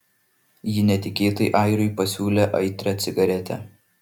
ji netikėtai airiui pasiūlė aitrią cigaretę